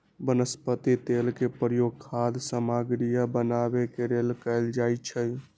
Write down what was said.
वनस्पति तेल के प्रयोग खाद्य सामगरियो बनावे के लेल कैल जाई छई